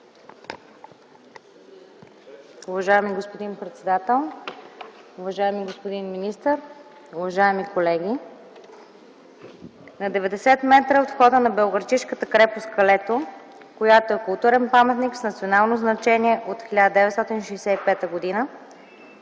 Уважаеми господин председател, уважаеми господин министър, уважаеми колеги! На 90 метра от входа на Белоградчишката крепост „Калето”, която е културен паметник с национално значение от 1965 г.,